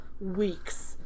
weeks